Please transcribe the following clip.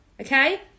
Okay